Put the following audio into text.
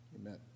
Amen